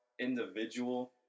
individual